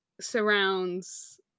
surrounds